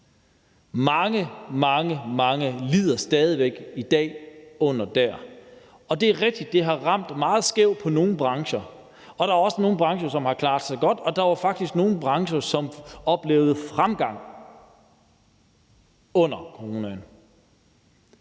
løgn. Mange, mange lider stadig væk i dag under det. Og det er rigtigt, at det har ramt meget skævt i forhold til nogle brancher, og at der også er nogle brancher, som har klaret sig godt, og at der faktisk var nogle brancher, som oplevede fremgang under coronaen.